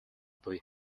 буй